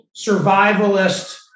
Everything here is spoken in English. survivalist